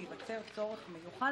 אני מתנצל שככה אני מדבר,